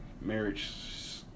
marriage